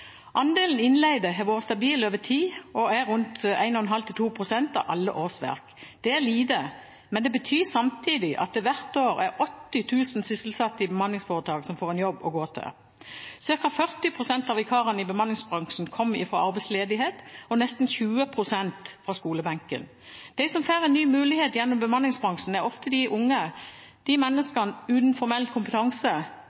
Andelen innleide har vært stabil over tid og er rundt 1,5–2 pst. av alle årsverk. Det er lite, men det betyr samtidig at det hvert år er 80 000 sysselsatte i bemanningsforetak som får en jobb å gå til. Cirka 40 pst. av vikarene i bemanningsbransjen kommer fra arbeidsledighet og nesten 20 pst. fra skolebenken. De som får en ny mulighet gjennom bemanningsbransjen, er ofte de unge.